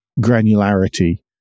granularity